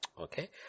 Okay